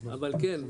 אבל כן,